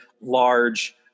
large